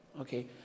Okay